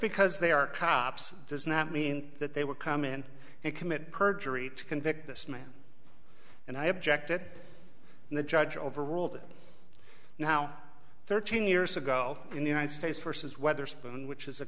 because they are cops does not mean that they would come in and commit perjury to convict this man and i objected and the judge overruled now thirteen years ago in the united states versus wetherspoon which is a